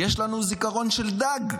יש לנו זיכרון של דג,